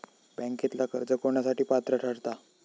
बँकेतला कर्ज कोणासाठी पात्र ठरता?